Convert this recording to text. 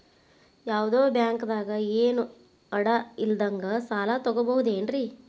ಯಾವ್ದೋ ಬ್ಯಾಂಕ್ ದಾಗ ಏನು ಅಡ ಇಲ್ಲದಂಗ ಸಾಲ ತಗೋಬಹುದೇನ್ರಿ?